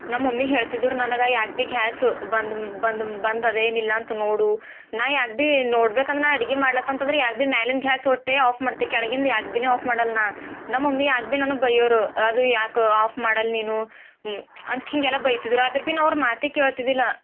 ನಮ್ಮ ಮಮ್ಮಿ ಹೇಳ್ತಿದ್ದರು ನನಗೆ ಯಾವಾಗ್ಬಿ ಘ್ಯಾಸ್ ಬಂದ್ ಬಂದ್ ಬಂದದೇನಿಲ್ಲ ಅಂತ ನೋಡು ನಾನು ಯಾವಾಗ್ಬೀ ನೋಡ್ಬೇಕನ್ನೋ ನಾನು ಅಡ್ಗೆ ಮಾಡ್ಲತ್ತತಂದ್ರೆ ಯಾವಾಗ್ಬಿ ಮೇಲಿನ ಘ್ಯಾಸ್ ಒಟ್ಟೇ ಆಫ್ ಮಾಡ್ತೆ ಕೆಳಗಿಂದ ಯಾವಾಗ್ಬಿ ಆಫ್ ಮಾಡಲ್ಲ ನಾನು ನಮ್ಮ ಮಮ್ಮಿ ಯಾವಾಗ್ಬಿ ನನಗೆ ಬೈಯ್ಯೋರು ಅದು ಯಾಕೆ ಆಫ್ ಮಾಡಲ್ಲ ನೀನು ಅಂತ ಹೀಗೆಲ್ಲ ಬೈತಿದ್ದರು ಆದ್ರೂ ಭೀ ಅವ್ರ ಮಾತೇ ಕೇಳ್ತಿದ್ದಿಲ್ಲ